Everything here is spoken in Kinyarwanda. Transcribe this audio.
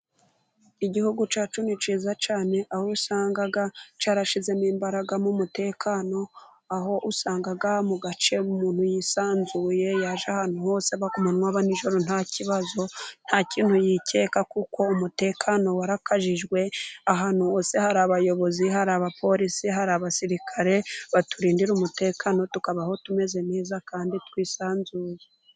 Igihugu cyacu ni cyiza cyane, aho usanga cyarashyizemo imbaraga mu umutekano, aho usanga mu gace umuntu yisanzuye yajya ahantu hose haba ku manywa, haba nijoro nta kibaz, nta kintu yikeka kuko umutekano warakajijwe. Ahantu hose hari abayobozi, hari abapolisi, hari abasirikare baturindira umutekano tukabaho tumeze neza kandi twisanzuye.